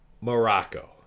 Morocco